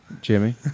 Jimmy